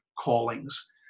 Callings